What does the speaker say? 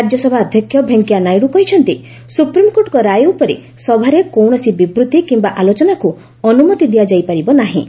ରାଜ୍ୟସଭା ଅଧ୍ୟକ୍ଷ ଭେଙ୍କିୟାନାଇଡୁ କହିଛନ୍ତି ସୁପ୍ରିମକୋର୍ଟଙ୍କ ରାୟ ଉପରେ ସଭାରେ କୌଣସି ବିବୃତ୍ତି କିମ୍ବା ଆଲୋଚନାକୁ ଅନୁମତି ଦିଆଯାଇ ପାରିବ ନାହିଁ